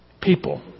People